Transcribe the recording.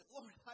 Lord